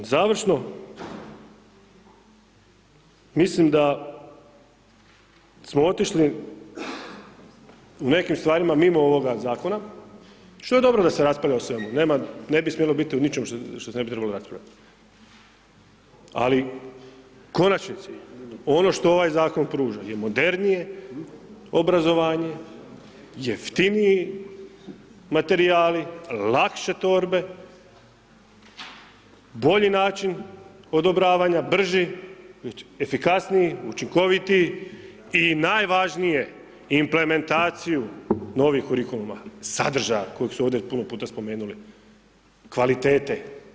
Završno, mislim da smo otišli u nekim stvarima mimo ovoga zakona što je dobro da se raspravlja o svemu, ne bi smjelo biti u ničemu što se ne bi trebalo raspravljati ali u konačnici, ono što ovaj zakon pruža je modernije obrazovanje, jeftiniji materijali, lakše torbe, bolji način odobravanja, brži, efikasniji, učinkovitiji i najvažnije, implementaciju novih kurikuluma, sadržaja kojeg su ovdje puno puta spomenuli, kvalitete.